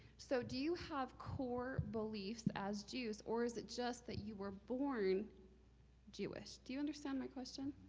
so do you have core beliefs as jews, or is it just that you were born jewish? do you understand my question?